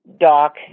Doc